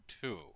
two